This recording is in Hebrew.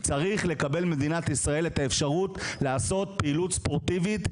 כל ילד במדינת ישראל צריך לקבל את האפשרות לעשות פעילות ספורטיבית,